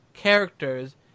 Characters